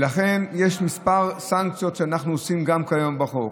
יש כמה סנקציות שאנחנו עושים גם כיום בחוק.